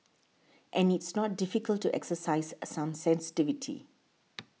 and it's not difficult to exercise a some sensitivity